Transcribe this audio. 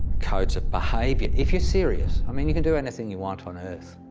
codes of behavior, if you're serious, i mean you can do anything you want on earth,